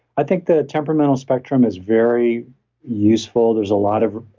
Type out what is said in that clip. i think the temperamental spectrum is very useful. there's a lot of